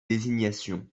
désignation